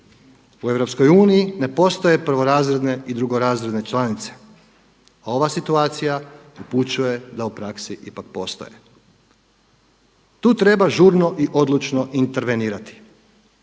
U EU ne postoje prvorazredne i drugorazredne članice, a ova situacija upućuje da u praksi ipak postoje. Tu treba odlučno i žurno intervenirati.